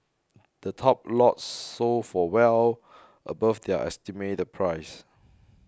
the top lots sold for well above their estimated price